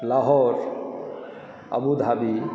Lahore Abu Dhabi